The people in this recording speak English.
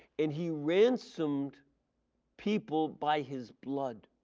and he ransomed people by his blood